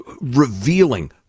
revealing